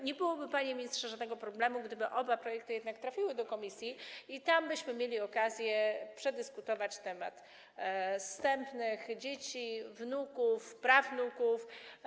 Nie byłoby, panie ministrze, żadnego problemu, gdyby oba projekty jednak trafiły do komisji i gdybyśmy tam mieli okazję przedyskutować temat zstępnych, dzieci, wnuków, prawnuków.